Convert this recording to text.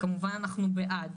וכמובן אנחנו בעד.